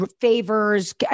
favors